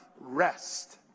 rest